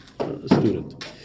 student